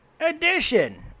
edition